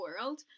world